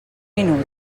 minut